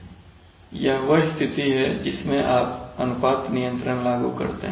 यह वह स्थिति है जिसमें आप अनुपात नियंत्रण लागू करते हैं